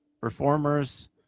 performers